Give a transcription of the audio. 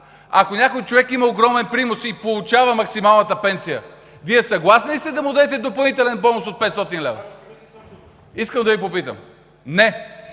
Ако някой човек има огромен принос и получава максималната пенсия, Вие съгласни ли сте да му дадете допълнителен бонус от 500 лв.? Искам да Ви попитам. Не,